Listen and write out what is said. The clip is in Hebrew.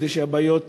כדי שהבעיות